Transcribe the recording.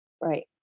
Right